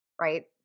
right